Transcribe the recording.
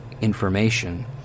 information